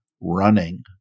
running